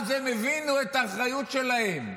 אז הם הבינו את האחריות שלהם,